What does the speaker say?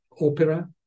opera